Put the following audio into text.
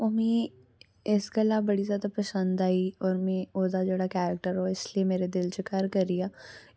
ओह् मिगी इस गल्ला ई बड़ी जादा पसंद आई ते ओह्दा जेह्ड़ा करैक्टर ऐ इस गल्ला मेरे दिल च घर करी गेआ